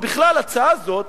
בכלל, ההצעה הזאת